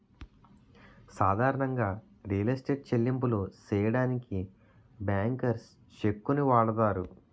సాధారణంగా real estate చెల్లింపులు సెయ్యడానికి బ్యాంకర్స్ చెక్కుని వాడతారు